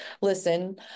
listen